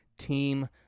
team